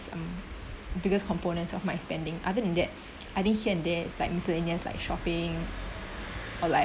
um biggest components of my spending other than that I think here and there is like miscellaneous like shopping or like